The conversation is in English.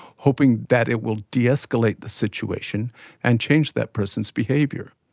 hoping that it will de-escalate the situation and change that person's behaviour.